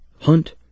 HUNT